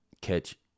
catch